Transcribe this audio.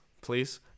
please